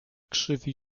krzywi